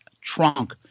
trunk